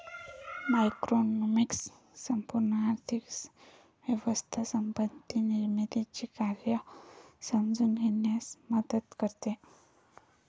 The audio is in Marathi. मॅक्रोइकॉनॉमिक्स संपूर्ण आर्थिक व्यवस्था संपत्ती निर्मितीचे कार्य समजून घेण्यास मदत करते